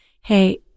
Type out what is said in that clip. hey